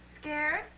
Scared